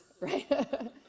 right